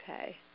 Okay